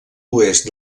oest